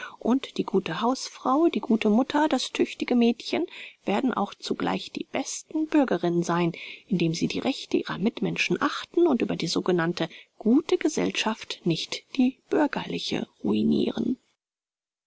und die gute hausfrau die gute mutter das tüchtige mädchen werden auch zugleich die besten bürgerinnen sein indem sie die rechte ihrer mitmenschen achten und über die sogenannte gute gesellschaft nicht die bürgerliche ruiniren